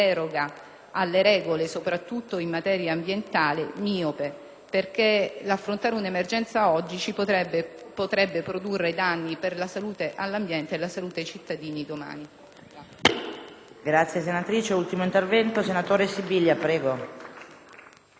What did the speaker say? alle regole, soprattutto in materia ambientale, perché affrontare un'emergenza oggi potrebbe produrre danni per l'ambiente e la salute dei cittadini domani.